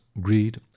greed